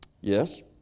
Yes